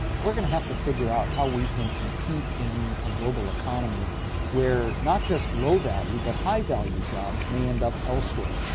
we're going to have to figure out how we can compete in a global economy where not just low value but high value jobs may end up elsewhere.